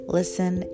listen